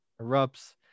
erupts